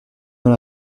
dans